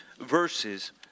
verses